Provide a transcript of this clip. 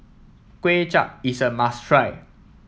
Kway Chap is a must try